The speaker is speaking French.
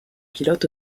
pilotes